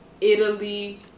Italy